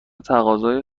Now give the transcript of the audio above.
تقاضای